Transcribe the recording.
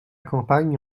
campagne